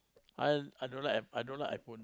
I I don't like I don't like iPhone